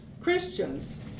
Christians